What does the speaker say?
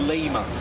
Lima